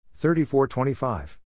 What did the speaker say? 34-25